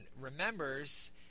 remembers